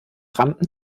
rampen